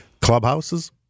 Clubhouses